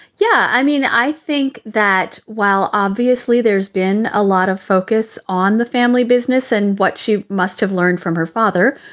yeah. i mean, i think that while obviously there's been a lot of focus on the family business and what she must have learned from her father,